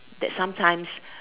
that sometimes